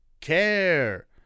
care